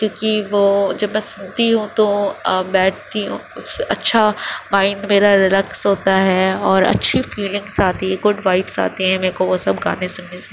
کیوںکہ وہ جب میں سنتی ہوں تو بیٹھتی ہوں اس سے اچھا مائنڈ میرا ریلیکس ہوتا ہے اور اچھی فیلینگس آتی ہے گڈ وائبس آتی ہیں میرے کو وہ سب گانے سننے سے